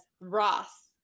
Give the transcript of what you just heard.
Ross